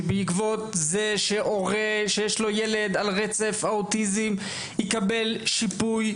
שבעקבות זה שהורה שיש לו ילד על הרצף האוטיסטי יקבל שיפוי,